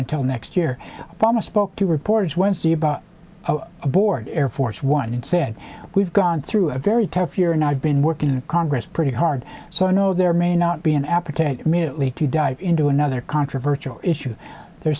until next year almost spoke to reporters wednesday aboard air force one and said we've gone through a very tough year and i've been working in congress pretty hard so i know there may not be an app or to immediately to dive into another controversial issue there